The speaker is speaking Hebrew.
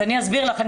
אני אסביר לך.